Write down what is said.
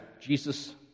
Jesus